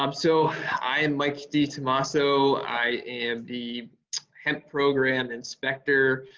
um so i am mike ditomasso, i am the hemp program inspector.